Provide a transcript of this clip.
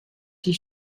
die